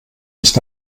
nicht